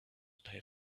pay